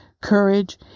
courage